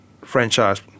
franchise